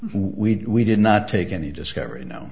tweet we did not take any discovery now